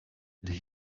that